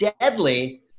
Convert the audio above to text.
deadly